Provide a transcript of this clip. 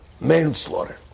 manslaughter